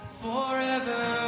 forever